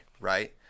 right